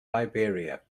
liberia